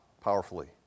powerfully